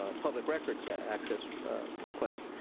ah public records access requests.